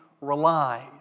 relies